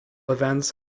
events